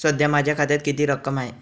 सध्या माझ्या खात्यात किती रक्कम आहे?